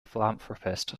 philanthropist